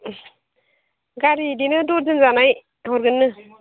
गारि इदिनो दजजोन जानाय हरगोननो